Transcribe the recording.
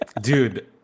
Dude